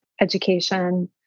education